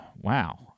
Wow